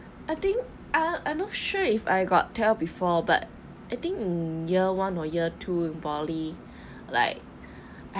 I think I I not sure if I got tell before but I think in year one or year two in bali like